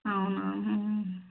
అవునా